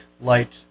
light